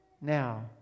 now